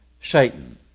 Satan